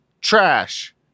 trash